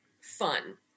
fun